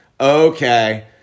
okay